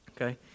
Okay